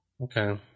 Okay